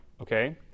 okay